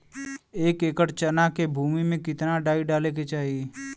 एक एकड़ चना के भूमि में कितना डाई डाले के चाही?